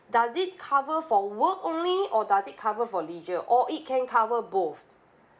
does it cover for work only or does it cover for leisure or it can cover both